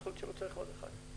יכול להיות שלא צריך עוד שדה תעופה.